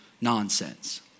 nonsense